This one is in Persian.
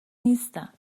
نیستم